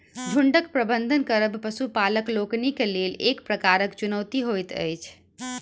झुंडक प्रबंधन करब पशुपालक लोकनिक लेल एक प्रकारक चुनौती होइत अछि